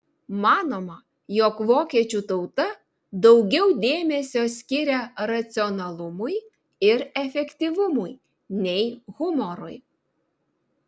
manoma jog vokiečių tauta daugiau dėmesio skiria racionalumui ir efektyvumui nei humorui